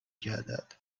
گردد